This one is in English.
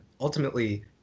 ultimately